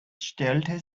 stellte